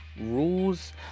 rules